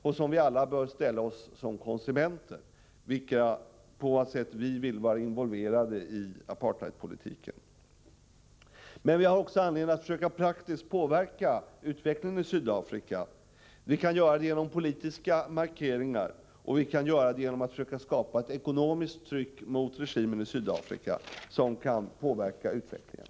Det är en fråga vi bör ställa oss som konsumenter, nämligen på vad sätt vi vill vara involverade i apartheidpolitiken. Men vi har också anledning att försöka praktiskt påverka utvecklingen i Sydafrika. Vi kan göra det genom politiska markeringar, och vi kan göra det genom att försöka skapa ett ekonomiskt tryck mot regimen i Sydafrika som kan påverka utvecklingen.